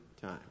time